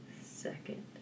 second